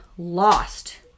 lost